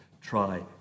try